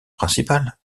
principale